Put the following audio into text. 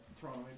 Toronto